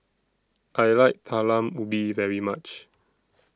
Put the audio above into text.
I like Talam Ubi very much